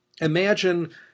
Imagine